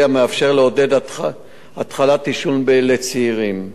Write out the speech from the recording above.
המאפשר לעודד התחלת עישון אצל צעירים.